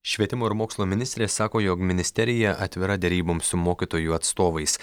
švietimo ir mokslo ministrė sako jog ministerija atvira deryboms su mokytojų atstovais